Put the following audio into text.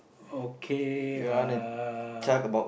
okay uh